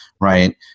right